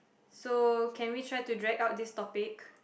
so can we try to drag out this topic